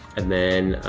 and then,